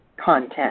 content